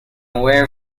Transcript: aware